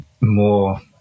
More